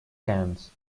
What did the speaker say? cannes